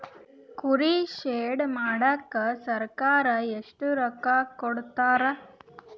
ಕುರಿ ಶೆಡ್ ಮಾಡಕ ಸರ್ಕಾರ ಎಷ್ಟು ರೊಕ್ಕ ಕೊಡ್ತಾರ?